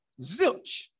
Zilch